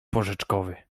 porzeczkowy